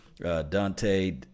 Dante